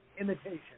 imitation